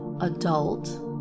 adult